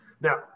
Now